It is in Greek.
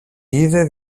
είδε